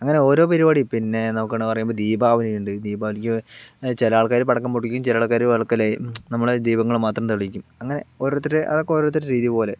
അങ്ങനെ ഓരോ പരിപാടിയും പിന്നെ നോക്കുകയാണെന്ന് പറയുമ്പോൾ ദീപാവലി ഉണ്ട് ദീപാവലിക്ക് ചില ആൾക്കാർ പടക്കം പൊട്ടിക്കും ചില ആൾക്കാർ വിളക്ക് അല്ലേൽ നമ്മുടെ ദീപങ്ങൾ മാത്രം തെളിയിക്കും അങ്ങനെ ഓരോരുത്തര് അതൊക്കെ ഓരോരുത്തരുടെ രീതി പോലെ